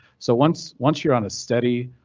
so once once you're on a steady,